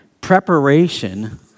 preparation